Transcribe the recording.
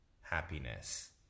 happiness